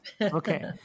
Okay